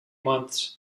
months